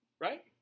right